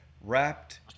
wrapped